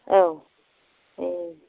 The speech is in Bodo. औ ए